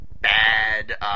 bad